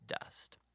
dust